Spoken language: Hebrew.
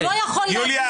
הוא לא יכול --- יוליה.